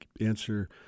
answer